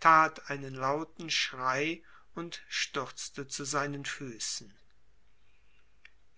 tat einen lauten schrei und stürzte zu seinen füßen